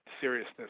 seriousness